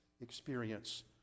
experience